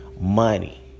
money